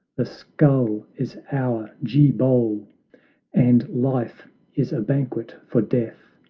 the skull is our ghee-bowl, and life is a banquet for death!